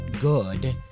good